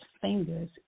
fingers